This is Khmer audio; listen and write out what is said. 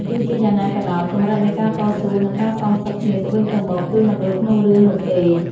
ទោះយ៉ាងណាក៏ដោយ កម្រិតនៃការតស៊ូនិងការសងសឹកគ្នាទៅវិញទៅមកគឺមិនដូចក្នុងរឿងនោះទេ។